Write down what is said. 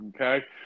Okay